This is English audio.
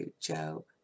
Joe